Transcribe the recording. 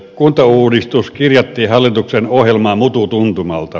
kuntauudistus kirjattiin hallituksen ohjelmaan mututuntumalta